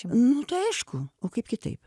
nu tai aišku o kaip kitaip